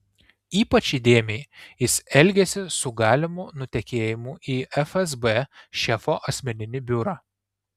ypač įdėmiai jis elgėsi su galimu nutekėjimu į fsb šefo asmeninį biurą